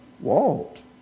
Walt